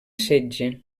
setge